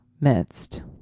midst